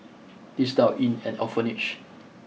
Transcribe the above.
he's now in an orphanage